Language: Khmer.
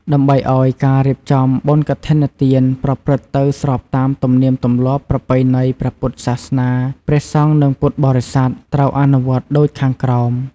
ដើម្បីឱ្យការរៀបចំ បុណ្យកឋិនទាន ប្រព្រឹត្តទៅស្របតាមទំនៀមទម្លាប់ប្រពៃណីព្រះពុទ្ធសាសនាព្រះសង្ឃ និងពុទ្ធបរិស័ទ ត្រូវអនុវត្តដូចខាងក្រោម។